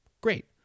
Great